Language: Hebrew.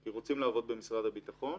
כי רוצים לעבוד במשרד הביטחון.